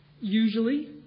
Usually